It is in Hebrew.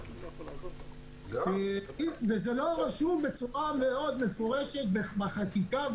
זה לא רשום בצורה מפורשת בחקיקה,